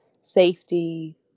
safety